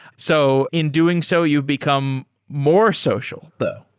so in doing so, you become more social though.